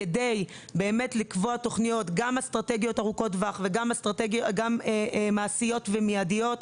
כדי לקבוע באמת תוכניות גם אסטרטגיות ארוכות טווח וגם מעשיות ומיידיות,